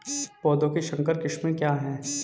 पौधों की संकर किस्में क्या हैं?